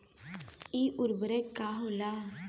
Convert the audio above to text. इ उर्वरक का होला?